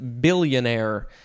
billionaire